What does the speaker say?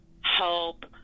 help